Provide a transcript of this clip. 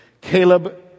Caleb